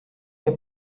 che